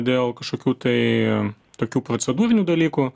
dėl kažkokių tai tokių procedūrinių dalykų